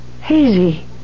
hazy